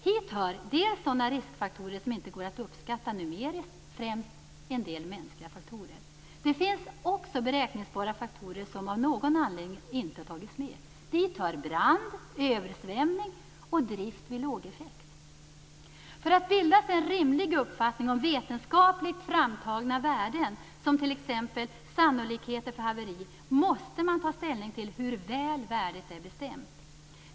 Hit hör dels sådana riskfaktorer som inte går att uppskatta numeriskt, främst en del mänskliga faktorer, dels beräkningsbara faktorer som inte tagits med som brand, översvämning och drift vid låg effekt. För att bilda sig en rimlig uppfattning om vetenskapligt framtagna värden som t.ex. sannolikhet för haveri, måste man ta ställning till hur väl värdet är bestämt.